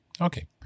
Okay